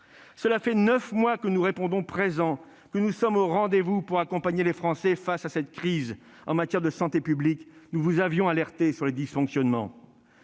cela fait neuf mois que nous répondons présents, que nous sommes au rendez-vous pour accompagner les Français face à cette crise. En matière de santé publique, nous vous avions alerté sur les dysfonctionnements.